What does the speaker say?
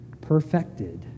perfected